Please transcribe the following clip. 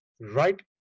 right